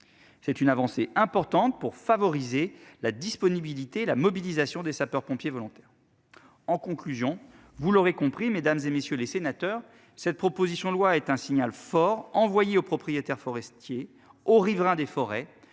C'est une avancée importante pour favoriser la disponibilité, la mobilisation des sapeurs-pompiers volontaires. En conclusion, vous l'aurez compris, mesdames et messieurs les sénateurs. Cette proposition de loi est un signal fort envoyé aux propriétaires forestiers aux riverains des forêts